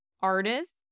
artists